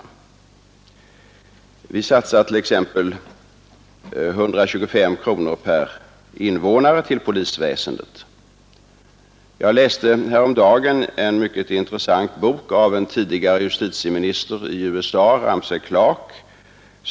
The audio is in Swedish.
Vi satsar t.ex. 125 kronor per invånare 123 på polisväsendet. Jag läste häromdagen en mycket intressant bok av en tidigare justitieminister i USA, Ramsey Clark.